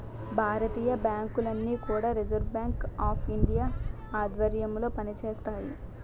భారతీయ బ్యాంకులన్నీ కూడా reserve bank of India ఆధ్వర్యంలో పనిచేస్తాయి